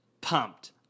pumped